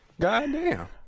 Goddamn